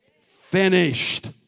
finished